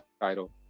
title